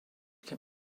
can